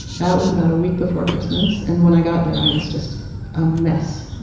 that was about a week before christmas and when i got there, i was just a mess. a